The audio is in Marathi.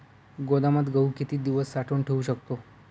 गोदामात गहू किती दिवस साठवून ठेवू शकतो?